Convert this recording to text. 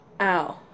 ow